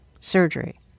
surgery